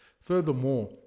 Furthermore